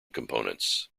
components